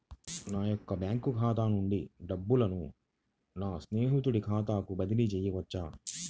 నా యొక్క బ్యాంకు ఖాతా నుండి డబ్బులను నా స్నేహితుని ఖాతాకు బదిలీ చేయవచ్చా?